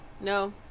No